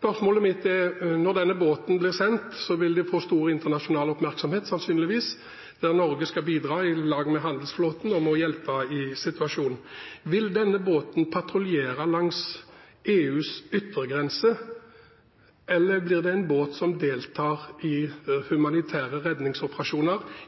Spørsmålet mitt er: Når denne båten blir sendt, vil det sannsynligvis få stor internasjonal oppmerksomhet, der Norge skal bidra i lag med handelsflåten med å hjelpe i situasjonen. Vil denne båten patruljere langs EUs yttergrense, eller blir det en båt som deltar i humanitære